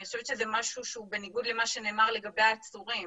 זה משהו שהוא בניגוד למה שנאמר לגבי העצורים.